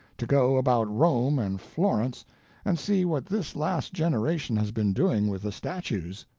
to go about rome and florence and see what this last generation has been doing with the statues.